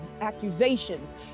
accusations